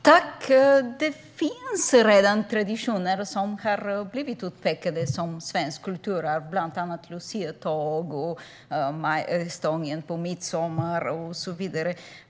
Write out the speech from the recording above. Herr talman! Det finns redan traditioner som blivit utpekade som svenskt kulturarv, bland annat luciatåg, majstången på midsommar och så vidare.